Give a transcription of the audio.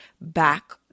back